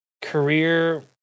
Career